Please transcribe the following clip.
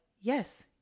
yes